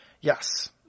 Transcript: Yes